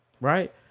Right